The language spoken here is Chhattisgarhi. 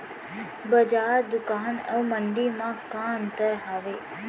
बजार, दुकान अऊ मंडी मा का अंतर हावे?